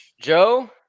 Joe